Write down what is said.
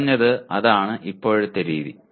കുറഞ്ഞത് അതാണ് ഇപ്പോഴത്തെ രീതി